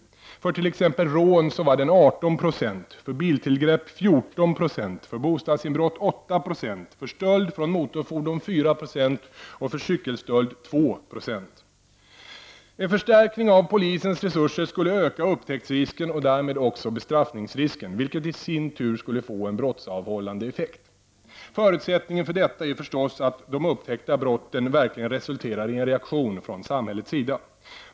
För t.ex. rån var den 18 %, för biltillgrepp En förstärkning av polisens resurser skulle öka upptäcktsrisken och därmed också bestraffningsrisken, vilket i sin tur skulle få en brottsavhållande effekt. Förutsättningen för detta är förstås att de upptäckta brotten verkligen resulterar i en reaktion från samhällets sida.